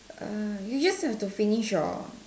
uh you just have to finish your